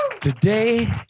Today